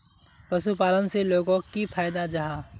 पशुपालन से लोगोक की फायदा जाहा?